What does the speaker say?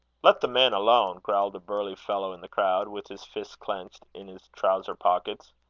let the man alone, growled a burly fellow in the crowd, with his fists clenched in his trowser-pockets.